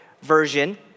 version